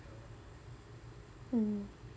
mm